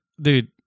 dude